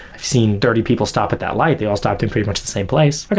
i've seen dirty people stop at that light. they all stopped in pretty much the same place. but